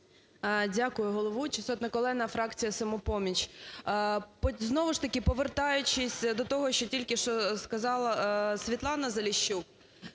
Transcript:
Дякую, головуюча. Сотник Олена, фракція "Самопоміч". Знову ж таки, повертаючись до того, що тільки що сказала Світлана Заліщук,